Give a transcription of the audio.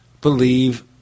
believe